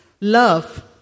love